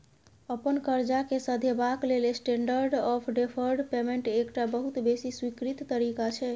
अपन करजा केँ सधेबाक लेल स्टेंडर्ड आँफ डेफर्ड पेमेंट एकटा बहुत बेसी स्वीकृत तरीका छै